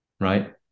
right